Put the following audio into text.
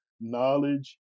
knowledge